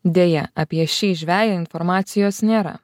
deja apie šį žveją informacijos nėra